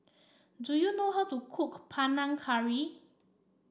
do you know how to cook Panang Curry